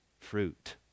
fruit